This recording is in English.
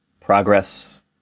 progress